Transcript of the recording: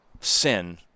sin